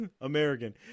American